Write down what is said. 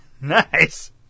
Nice